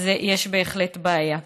אז יש בהחלט בעיה.